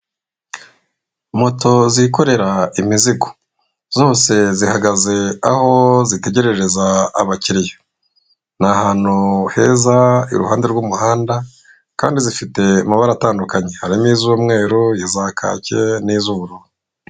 Moto zikorera imizigo zose zihagaze aho zitegerereza abakiriya, ni ahantu heza iruhande rw'umuhanda kandi zifite amabara atandukanye harimo iz'umweru, iza kake, n'iz'ubururu.